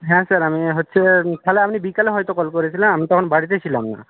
হ্যাঁ স্যার আমি হচ্ছে তাহলে আপনি বিকেলে হয়তো কল করেছিলেন আমি তখন বাড়িতে ছিলাম না